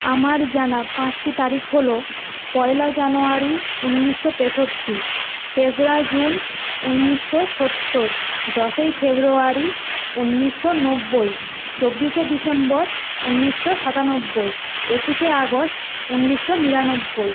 আমার জানা পাঁচটি তারিখ হল পয়লা জানুয়ারি উনিশশো তেষট্টি তেসরা জুন উনিশশো সত্তর দশই ফেব্রুয়ারি উনিশশো নব্বই চব্বিশে ডিসেম্বর উনিশশো সাতানব্বই একুশে আগস্ট উনিশশো নিরানব্বই